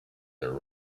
their